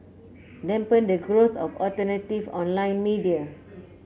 dampen the growth of alternative online media